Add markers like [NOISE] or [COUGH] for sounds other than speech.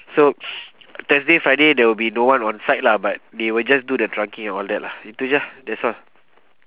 so [NOISE] thursday friday there will be no one on-site lah but they will just do the trunking and all that lah itu je ah that's all